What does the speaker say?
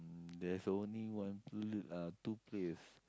there's only one pl~ uh two place